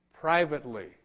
privately